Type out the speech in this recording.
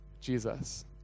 Jesus